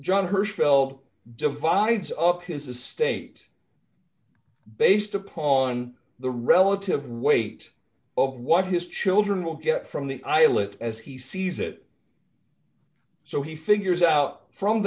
john hirschfeld divides up his a state based upon the relative weight of what his children will get from the eyelet as he sees it so he figures out from